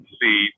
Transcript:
see